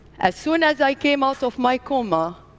as soon as i came out of my coma,